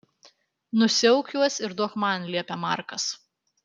nusiauk juos ir duok man liepia markas